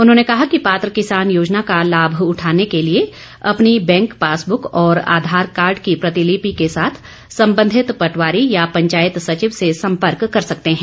उन्होंने कहा कि पात्र किसान योजना का लाभ उठाने के लिए अपनी बैंक पासबुक और आधार कार्ड की प्रतिलिपि के साथ संबंधित पटवारी या पंचायत सचिव से सम्पर्क कर सकते हैं